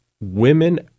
women